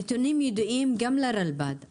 הנתונים ידועים לרשות הלאומית לבטיחות בדרכים.